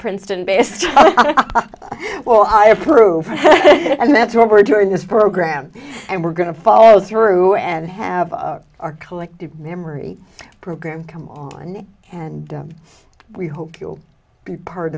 princeton based well i approve and that's why we're doing this program and we're going to follow through and have our collective memory program come on and we hope you'll be part